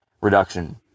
reduction